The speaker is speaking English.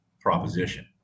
proposition